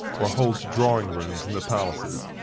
or holds drawing-rooms in the palaces,